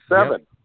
seven